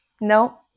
No